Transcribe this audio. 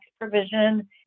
provision